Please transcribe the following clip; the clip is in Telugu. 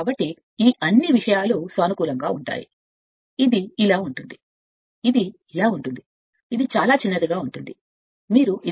కాబట్టి ఈ అన్ని విషయాలు సానుకూలంగా ఉంటాయి ఇది ఇలా ఉంటుంది ఇది ఇలా ఉంటుంది ఇది చాలా చిన్నదిగా ఉంటుంది మీరు ఇది